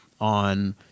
on